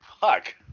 Fuck